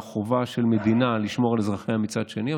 והחובה של מדינה לשמור על אזרחיה מצד שני.